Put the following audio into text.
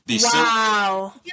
Wow